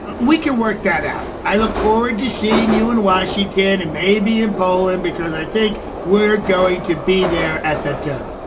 we can work that out i look forward to seeing you and why she can and maybe in poland, because i think we're going to be there at that time.